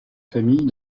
famille